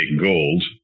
gold